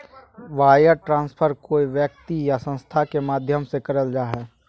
wire transfer कोय व्यक्ति या संस्था के माध्यम से करल जा हय